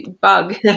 bug